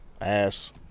ass